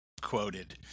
quoted